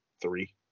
three